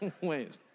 Wait